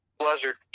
Pleasure